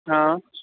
हा